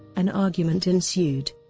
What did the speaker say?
an argument ensued.